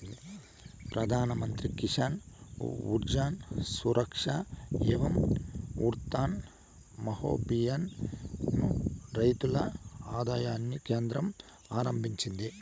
ప్రధాన్ మంత్రి కిసాన్ ఊర్జా సురక్ష ఏవం ఉత్థాన్ మహాభియాన్ ను రైతుల ఆదాయాన్ని కేంద్రం ఆరంభించింది